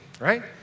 right